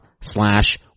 slash